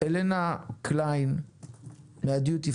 הלנה ביילין מהדיוטי